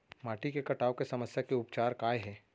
माटी के कटाव के समस्या के उपचार काय हे?